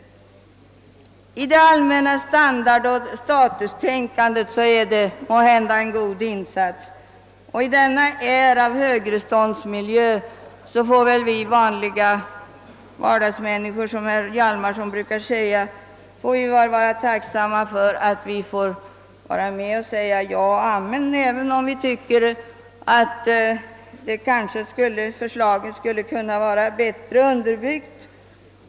Som ett led i vårt allmänna standardoch statustänkande är förslaget säkert gott och i denna air av högreståndsmiljö får kanske vi vanliga vardagsmänniskor — som herr Hjalmarson brukade säga — vara tacksamma för att vi får vara med om att säga ja och amen till förslaget även om vi kanske tycker att det bort vara bättre underbyggt.